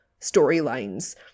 storylines